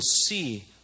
see